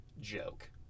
joke